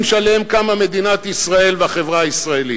שעליהם קמו מדינת ישראל והחברה הישראלית?